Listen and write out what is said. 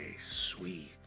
sweet